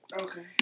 Okay